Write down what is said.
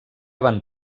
van